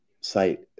site